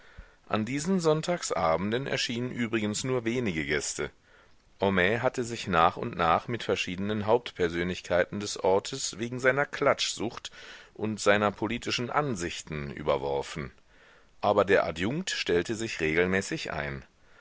an diesen sonntagsabenden erschienen übrigens nur wenige gäste homais hatte sich nach und nach mit verschiedenen hauptpersönlichkeiten des ortes wegen seiner klatschsucht und seiner politischen ansichten überworfen aber der adjunkt stellte sich regelmäßig ein